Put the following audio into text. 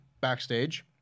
backstage